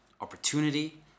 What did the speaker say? opportunity